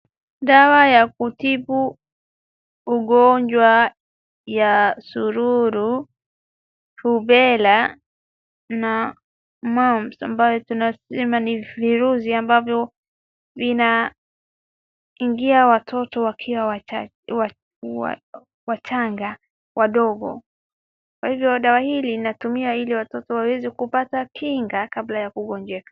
Dawa ya kutibu ugonjwa wa Sururu Rubella na Mumps ambayo tunasema ni virusi ambavyo vinaingia watoto wakiwa wachanga wadogo, kwa hivyo dawa hizi zinatumiwa ili watoto waweze kupata kinga kabla ya kugonjeka.